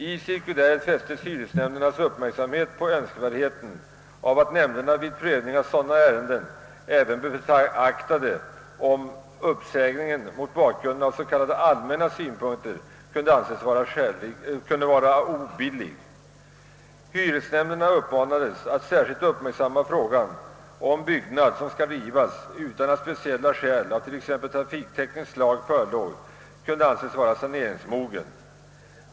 I cirkuläret fästes hyresnämndens uppmärksamhet på önskvärdheten av att nämnderna vid prövning av sådana ärenden även beaktade, om uppsägningen mot bakgrunden av s.k. allmänna synpunkter kunde anses vara obillig. Hyresnämnderna uppmanades att särskilt uppmärksamma frågan om byggnad, som skall rivas utan att speciella skäl av t.ex. trafiktekniskt slag förelåg, kunde anses vara saneringsmogen.